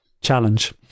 challenge